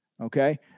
okay